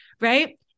right